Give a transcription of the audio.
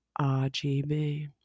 RGB